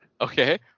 Okay